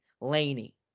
Laney